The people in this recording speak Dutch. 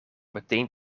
meteen